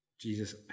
Jesus